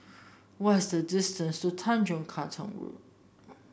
what is the distance to Tanjong Katong Road